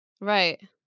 Right